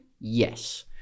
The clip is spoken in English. Yes